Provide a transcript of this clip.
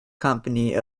company